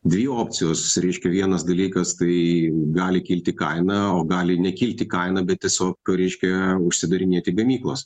dvi opcijos reiškia vienas dalykas tai gali kilti kaina o gali nekilti kaina bet tiesiog reiškia užsidarinėti gamyklos